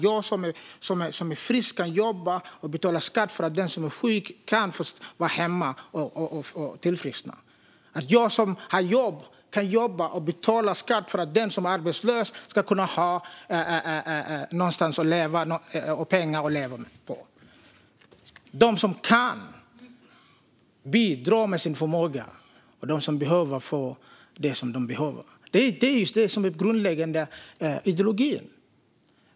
Jag som är frisk kan jobba och betala skatt för att den som är sjuk kan få vara hemma och tillfriskna. Jag som har jobb kan betala skatt för att den som är arbetslös ska kunna ha någonstans att bo och pengar att leva på. De som kan bidrar med sin förmåga, och de som har olika behov kan få det de behöver. Det är vår grundläggande ideologi.